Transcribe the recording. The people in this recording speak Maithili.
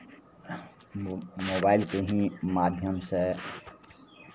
मोबाइलके ही माध्यमसँ